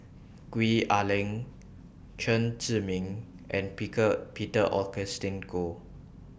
Gwee Ah Leng Chen Zhiming and Peter Augustine Goh